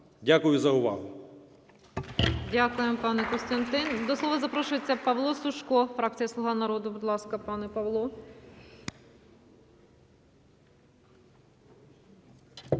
Дякую за увагу.